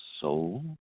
soul